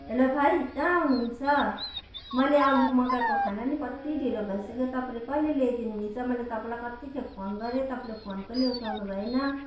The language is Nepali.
हेलो भाइ कहाँ हुनुहुन्छ मैले अघि मगाएको खाना नि कति ढिलो भइसक्यो तपाईँले कहिले ल्याइदिनुहुन्छ मैले तपाईँलाई कतिखेप फोन गरेँ तपाईँले फोन पनि उठाउनु भएन